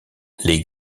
les